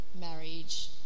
marriage